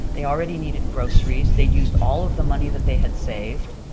they already needed groceries. they'd used all of the money that they had saved.